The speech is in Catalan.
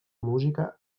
música